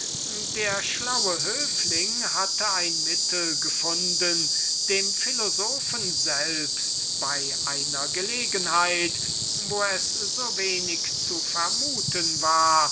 dieser schlaue höfling hatte ein mittel gefunden dem plato selbst bei einer gelegenheit wo es so wenig zu vermuten war